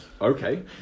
Okay